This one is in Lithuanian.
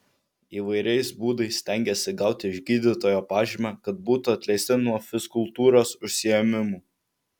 įvairiais būdais stengiasi gauti iš gydytojo pažymą kad būtų atleisti nuo fizkultūros užsiėmimų